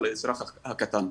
האזרח הקטן.